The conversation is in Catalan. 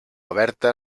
oberta